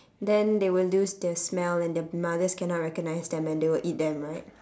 then they will lose their smell and their mothers cannot recognize them and they will eat them right